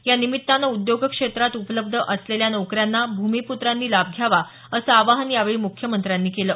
या निमित्तानं उद्योग क्षेत्रात उपलब्ध असलेल्या नोकऱ्यांचा भूमिप्त्रांनी लाभ घ्यावा असं आवाहन यावेळी मुख्यमंत्र्यांनी केलं